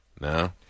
No